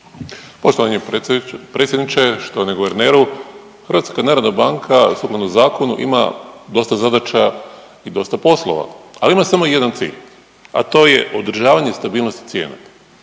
Poštovani predsjedniče, štovani guverneru HNB sukladno zakonu ima dosta zadaća i dosta poslova, ali ima samo jedan cilj, a to je održavanje stabilnosti cijena.